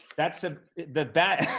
that's ah the bad